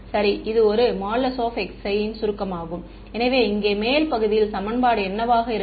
சரி இது ஒரு |xi| சுருக்கமாகும் எனவே இங்கே மேல் பகுதியில் சமன்பாடு என்னவாக இருக்கும்